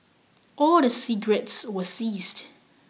all the cigarettes were seized